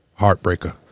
Heartbreaker